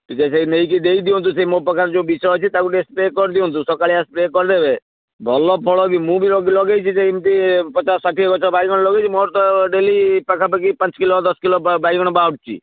ଟିକେ ସେଇ ନେଇକି ଦେଇଦିଅନ୍ତୁ ସେଇ ମୋ ପାଖରେ ଯେଉଁ ବିଷ ଅଛି ତାକୁ ଟିକେ ସ୍ପ୍ରେ କରିଦିଅନ୍ତୁ ସକାଳିଆ ସ୍ପ୍ରେ କରିଦେବେ ଭଲ ଫଳ ବି ମୁଁ ବି ଲଗାଇଛି ସେମତି ପଚାଶ ଷାଠିଏ ଗଛ ବାଇଗଣ ଲଗାଇଛି ମୋର ତ ଡେଲି ପାଖାପାଖି ପାଞ୍ଚ କିଲୋ ଦଶ କିଲୋ ବାଇଗଣ ବାହାରୁଛି